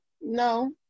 No